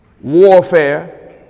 warfare